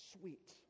sweet